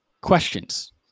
questions